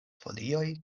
folioj